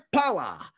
power